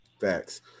facts